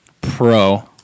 Pro